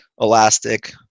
elastic